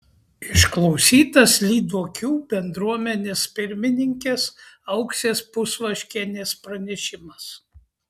išklausytas lyduokių bendruomenės pirmininkės auksės pusvaškienės pranešimas